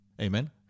Amen